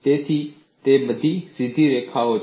તેથી તે બધી સીધી રેખાઓ છે